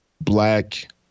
black